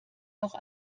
doch